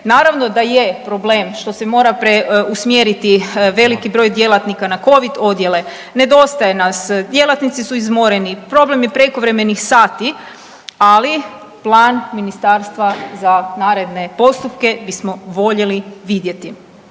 Naravno da je problem što se mora usmjeriti veliki broj djelatnika na covid odjele, nedostaje nas, djelatnici su izmoreni, problem je prekovremenih sati, ali plan ministarstva za naredne postupke bismo voljeli vidjeti.